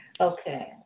Okay